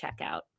checkout